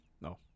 No